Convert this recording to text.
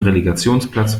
relegationsplatz